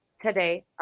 today